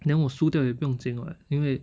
then 我输掉也不用紧 [what] 因为